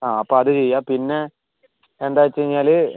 ആ അപ്പോൾ അത് ചെയ്യുക പിന്നെ എന്താ വച്ചു കഴിഞ്ഞാൽ